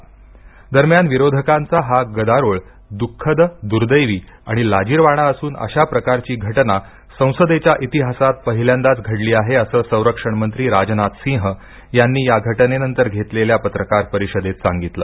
राजनाथ सिंह दरम्यान विरोधकांचा हा गदारोळ दुखद दुर्देवी आणि लाजिरवाणा असून अशा प्रकारची घटना संसदेच्या इतिहासात पहिल्यांदाच घडली आहे असं संरक्षण मंत्री राजनाथ सिंह यांनी या घटनेनंतर घेतलेल्या पत्रकार परिषदेत सांगितलं